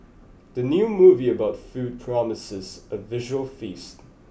the new movie about food promises a visual feast